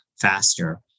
faster